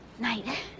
Night